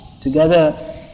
Together